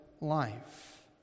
life